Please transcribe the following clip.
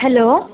hello